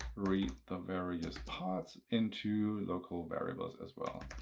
read the various parts into local variables as well.